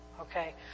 okay